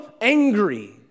angry